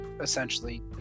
essentially